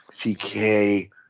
PK